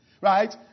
right